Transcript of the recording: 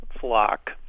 flock